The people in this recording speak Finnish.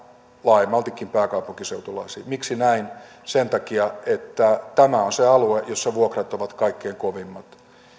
laajemmaltikin pääkaupunkiseutulaisiin miksi näin sen takia että tämä on se alue jossa vuokrat ovat kaikkein kovimmat